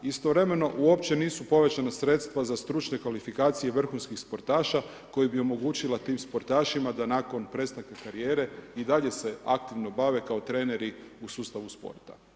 Istovremeno uopće nisu povećana sredstva za stručne kvalifikacije vrhunskih sportaša koja bi omogućila tim sportašima da nakon prestanka karijere, i dalje se aktivno bave kao treneri u sustavu sporta.